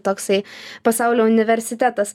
toksai pasaulio universitetas